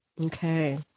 Okay